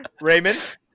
Raymond